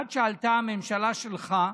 עד שעלתה הממשלה שלך,